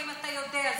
האם אתה יודע זאת?